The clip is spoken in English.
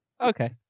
Okay